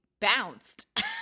bounced